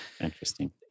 Interesting